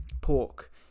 pork